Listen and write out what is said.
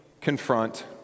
confront